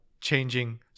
changing